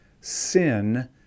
Sin